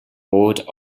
horde